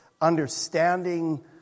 understanding